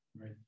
right